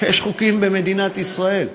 יש חוקים במדינת ישראל.